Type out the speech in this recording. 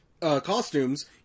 costumes